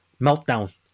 meltdown